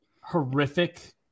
horrific